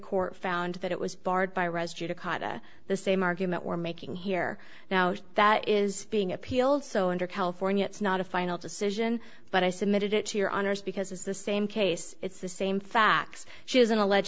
court found that it was barred by reza judicata the same argument we're making here now that is being appealed so under california it's not a final decision but i submitted it to your honor's because it's the same case it's the same facts she isn't alleged